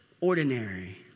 ordinary